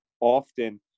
often